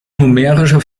numerische